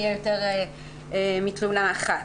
תהיה יותר מתלונה אחת.